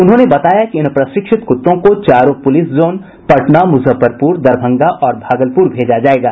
उन्होंने बताया कि इन प्रशिक्षित कुत्तों को चारों पुलिस जोन पटना मुजफ्फरपुर दरभंगा और भागलपुर भेजा जाएगा